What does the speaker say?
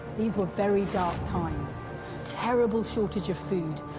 these were very dark times terrible shortage of food.